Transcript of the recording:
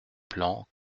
plan